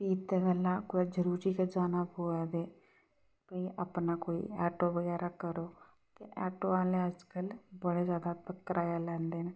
इत्त गल्ला कुतै जरूरी गै जाना पोऐ ते अपना कोई आटो बगैरा करो ते आटो आह्ले अज्जकल बड़ा ज्यादा कराया लैंदे न